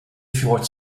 fjords